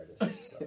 artists